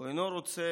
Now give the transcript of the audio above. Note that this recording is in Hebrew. הוא אינו רוצה